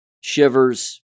Shivers